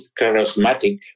charismatic